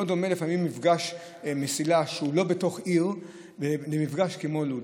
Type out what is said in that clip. לפעמים מפגש מסילה שהוא לא בתוך עיר אינו דומה למפגש כמו בלוד,